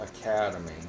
Academy